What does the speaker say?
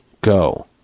Go